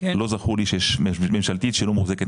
לא זכור לי שיש ממשלתית שלא מוחזקת